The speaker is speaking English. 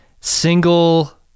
single